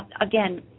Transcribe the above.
again